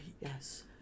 Yes